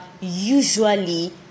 usually